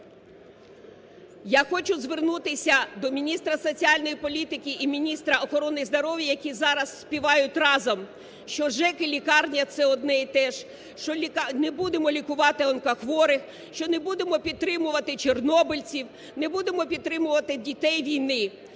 Я хочу звернутися до міністра соціальної політики і міністра охорони здоров'я, які зараз співають разом, що ЖЕК і лікарня це одне і те ж, що не будемо лікувати онкохворих, що не будемо підтримувати чорнобильців, не будемо підтримувати дітей війни.